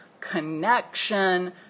connection